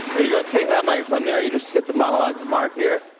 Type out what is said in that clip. here you go. take that microphone there. you just hit the monologue mark here.